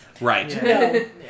right